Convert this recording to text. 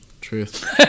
Truth